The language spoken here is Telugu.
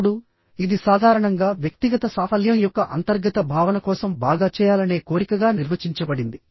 ఇప్పుడు ఇది సాధారణంగా వ్యక్తిగత సాఫల్యం యొక్క అంతర్గత భావన కోసం బాగా చేయాలనే కోరికగా నిర్వచించబడింది